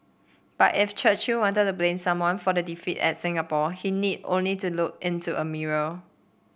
but if Churchill wanted to blame someone for the defeat at Singapore he need only to look into a mirror